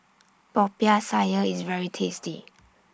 Popiah Sayur IS very tasty